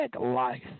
life